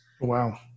Wow